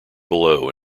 below